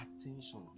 attention